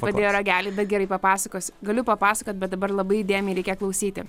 padėjo ragelį bet gerai papasakosiu galiu papasakot bet dabar labai įdėmiai reikia klausyti